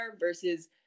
versus